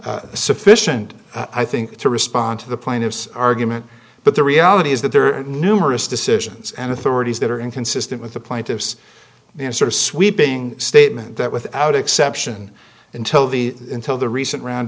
sufficient i think to respond to the plaintiff's argument but the reality is that there are numerous decisions and authorities that are inconsistent with the plaintiffs in a sort of sweeping statement that without exception until the until the recent round